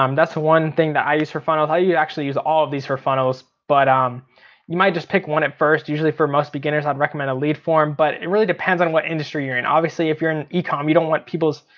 um that's the one thing that i use for funnels, i actually use all of these for funnels. but um you might just pick one at first. usually for most beginners i'd recommend a lead form, but it really depends on what industry you're in. obviously if you're in ecom, you don't want people's,